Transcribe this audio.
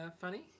funny